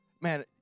man